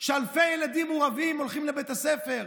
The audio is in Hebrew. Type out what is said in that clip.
אלפי ילדים מורעבים הולכים לבית הספר,